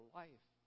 life